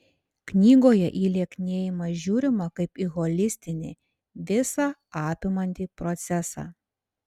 knygoje į lieknėjimą žiūrima kaip į holistinį visą apimantį procesą